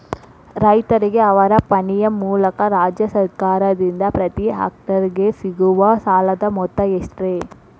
ರೈತರಿಗೆ ಅವರ ಪಾಣಿಯ ಮೂಲಕ ರಾಜ್ಯ ಸರ್ಕಾರದಿಂದ ಪ್ರತಿ ಹೆಕ್ಟರ್ ಗೆ ಸಿಗುವ ಸಾಲದ ಮೊತ್ತ ಎಷ್ಟು ರೇ?